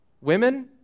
women